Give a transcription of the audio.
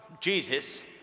Jesus